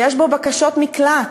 יש בו בקשות מקלט.